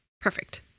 Perfect